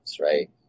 right